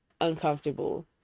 uncomfortable